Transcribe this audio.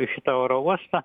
į šitą oro uostą